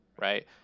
right